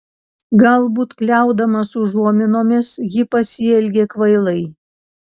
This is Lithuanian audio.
galbūt kliaudamas užuominomis ji pasielgė kvailai